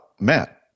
Matt